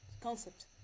concept